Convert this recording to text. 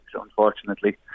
unfortunately